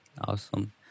awesome